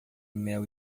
mel